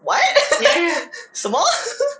what 什么